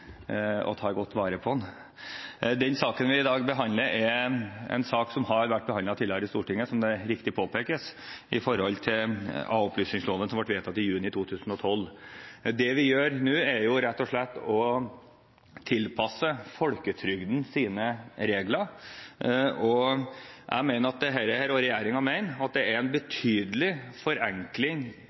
godt vare på. Den saken vi i dag behandler, er, som det riktig påpekes, en sak som har vært behandlet tidligere i Stortinget, og den gjelder a-opplysningsloven, som ble vedtatt i juni 2012. Det vi gjør nå, er rett og slett å tilpasse folketrygdens regler, og jeg mener – og regjeringen mener – at det er en betydelig forenkling